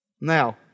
Now